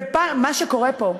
ומה שקורה פה,